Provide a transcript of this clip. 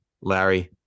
Larry